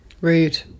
rude